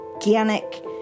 Organic